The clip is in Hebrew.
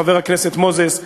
חבר הכנסת מוזס,